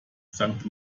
sankt